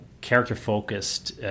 character-focused